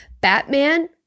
Batman